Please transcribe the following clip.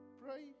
pray